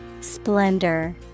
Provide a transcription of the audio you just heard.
Splendor